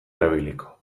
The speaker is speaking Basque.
erabiliko